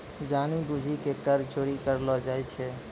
जानि बुझि के कर चोरी करलो जाय छै